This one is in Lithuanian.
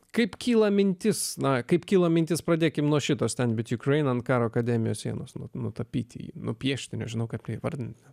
kaip kyla mintis na kaip kilo mintis pradėkime nuo šitos tampi tikru einant karo akademijos sienos nutapyti nupiešti nežino kad neįvardinti